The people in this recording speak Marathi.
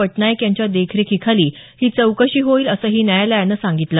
पटनायक यांच्या देखरेखीखाली ही चौकशी होईल असंही न्यायालयानं सांगितलं